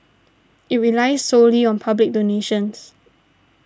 it relies solely on public donations